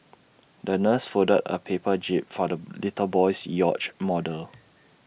the nurse folded A paper jib for the little boy's yacht model